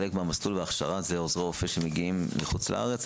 מהמסלול וההכשרה זה עוזרי רופא שמגיעים מחו"ל.